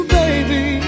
baby